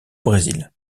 brésil